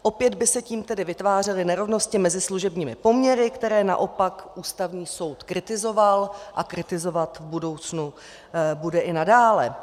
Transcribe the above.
Opět by se tím tedy vytvářely nerovnosti mezi služebními poměry, které naopak Ústavní soud kritizoval a kritizovat v budoucnu bude i nadále.